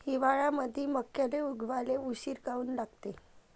हिवाळ्यामंदी मक्याले उगवाले उशीर काऊन लागते?